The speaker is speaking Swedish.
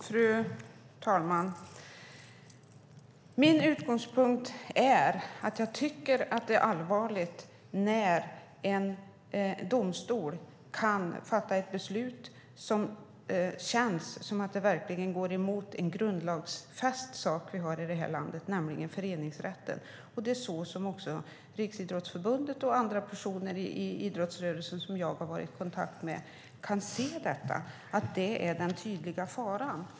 Fru talman! Min utgångspunkt är att det är allvarligt när en domstol kan fatta ett beslut som känns som att det verkligen går emot något som är grundlagsfäst i detta land, nämligen föreningsrätten. Riksidrottsförbundet och andra inom idrottsrörelsen som jag har varit i kontakt med kan också se att detta är den tydliga faran.